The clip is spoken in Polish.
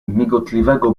migotliwego